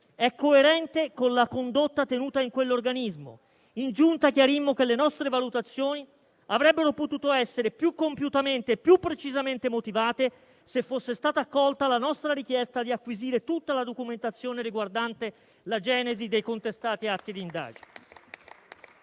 è coerente con la condotta tenuta in quell'organismo. In Giunta chiarimmo che le nostre valutazioni avrebbero potuto essere più compiutamente e più precisamente motivate se fosse stata accolta la nostra richiesta di acquisire tutta la documentazione riguardante la genesi dei contestati atti di indagine.